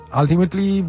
ultimately